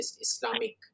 Islamic